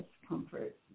discomfort